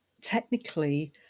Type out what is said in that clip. Technically